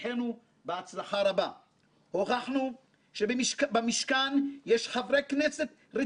למדניים ומקצועיים שיודעים להניח בצד את מחלוקות היום יום,